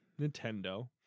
Nintendo